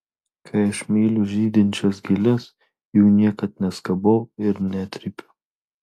kai aš myliu žydinčias gėles jų niekad neskabau ir netrypiu